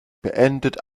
beendet